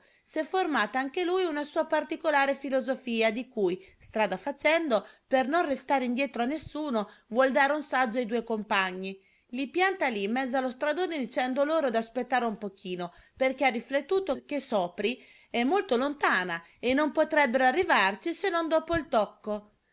s'è formata anche lui una sua particolare filosofia di cui strada facendo per non restare indietro a nessuno vuol dare un saggio ai due compagni i pianta lì in mezzo allo stradone dicendo loro d'aspettare un pochino perché ha riflettuto che sopri è molto lontana e non potrebbero arrivarci se non dopo il tocco